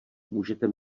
můžete